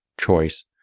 choice